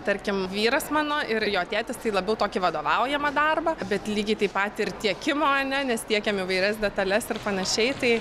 tarkim vyras mano ir jo tėtis tai labiau tokį vadovaujamą darbą bet lygiai taip pat ir tiekimo ane nes tiekiam įvairias detales ir panašiai tai